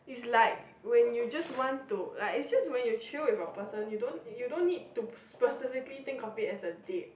is like when you just want to like it's just when you chill with a person you don't you don't need to specifically think of it as a date